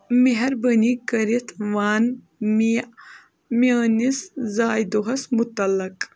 مہربٲنی کٔرِتھ وَن مےٚ میٛٲنِس زاے دۄہس مُتعلق